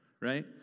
right